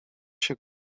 się